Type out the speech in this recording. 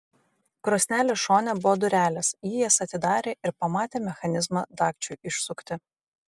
krosnelės šone buvo durelės ji jas atidarė ir pamatė mechanizmą dagčiui išsukti